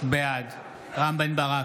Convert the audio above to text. בעד רם בן ברק,